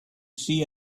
see